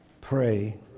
Pray